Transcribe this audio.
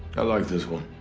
i like this one.